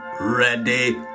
ready